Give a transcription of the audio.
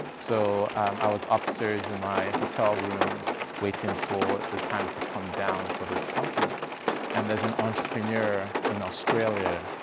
so i was upstairs in my hotel room waiting for the time to come down for this conference and there's an entrepreneur in australia,